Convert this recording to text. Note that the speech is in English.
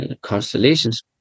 constellations